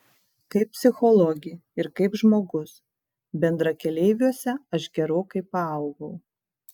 kaip psichologė ir kaip žmogus bendrakeleiviuose aš gerokai paaugau